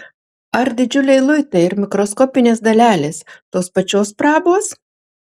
ar didžiuliai luitai ir mikroskopinės dalelės tos pačios prabos